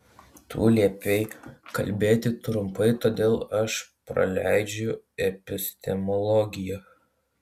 tu liepei kalbėti trumpai todėl aš praleidžiu epistemologiją